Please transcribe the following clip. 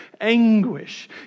anguish